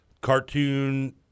cartoon